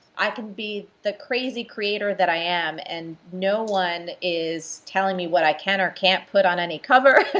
i can be the crazy creator that i am and no one is telling me what i can or can't put on any cover.